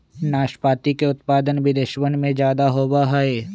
नाशपाती के उत्पादन विदेशवन में ज्यादा होवा हई